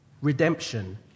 redemption